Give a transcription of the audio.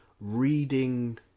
reading